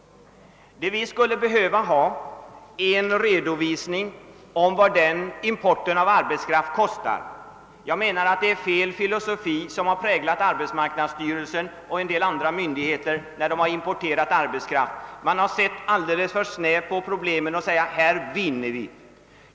Vad vi behöver ha är en redovisning av vad den importen av arbetskraft kostar. Jag menar att det är fel filosofi som har präglat arbetsmarknadsstyrelsen och en del andra myndigheter, när de importerat arbetskraft. Man har sett alldeles för snävt på problemen och tyckt: här vinner vi.